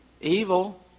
evil